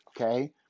okay